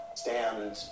stand